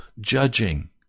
judging